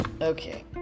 Okay